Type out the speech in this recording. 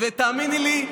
ותאמיני לי,